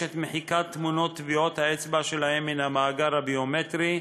את מחיקת תמונות טביעות האצבע שלהם מהמאגר הביומטרי,